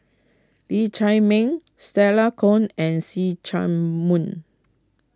Lee Chiaw Meng Stella Kon and See Chak Mun